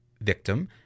victim